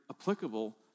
applicable